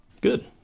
Good